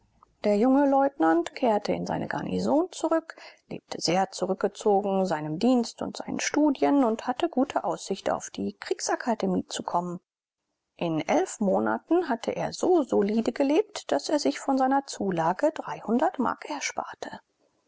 der junge leutnant kehrte in seine garnison zurück lebte sehr zurückgezogen seinem dienst und seinen studien und hatte gute aussicht auf die kriegsakademie zu kommen in elf monaten hatte er so solide gelebt daß er sich von seiner zulage mark ersparte